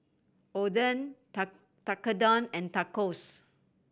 Oden Tekkadon and Tacos